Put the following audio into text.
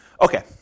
Okay